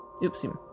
Oopsie